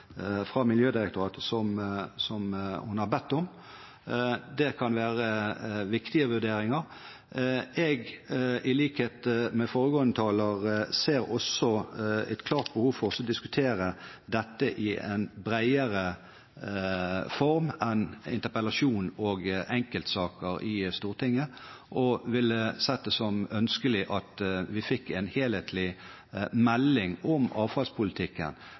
Miljødirektoratet som hun sier hun har bedt om. Det kan være viktige vurderinger. I likhet med foregående taler ser også jeg et klart behov for å diskutere dette i en bredere form enn i en interpellasjon eller som en enkeltsak i Stortinget. Jeg ville sett det som ønskelig at vi fikk en helhetlig melding om avfallspolitikken